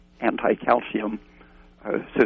anti-calcium